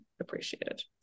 appreciated